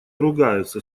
ругаются